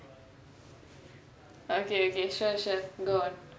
okay okay sure sure go on